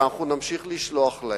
ואנחנו נמשיך לשלוח להם.